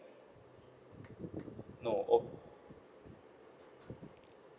no oh